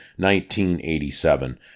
1987